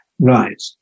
Right